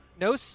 No